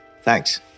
Thanks